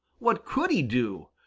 what could he do!